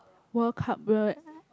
World Cup